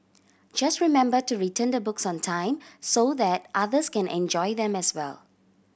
just remember to return the books on time so that others can enjoy them as well